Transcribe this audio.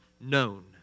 known